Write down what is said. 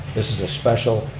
this is a special,